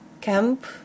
camp